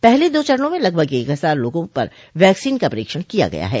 पहले दो चरणों में लगभग एक हजार लोगों पर वैक्सीन का परीक्षण किया गया है